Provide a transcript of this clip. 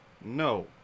No